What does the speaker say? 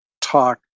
talk